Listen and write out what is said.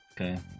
Okay